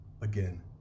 again